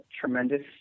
tremendous